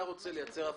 אתה רוצה לייצר הפרדה.